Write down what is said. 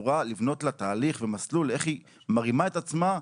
לבנות לה תהליך ומסלול איך היא מרימה את עצמה,